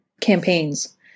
campaigns